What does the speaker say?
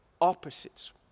opposites